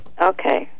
Okay